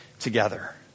together